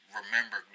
remember